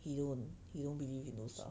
he don't he don't believe in those